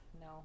No